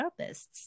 therapists